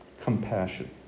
compassion